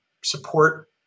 support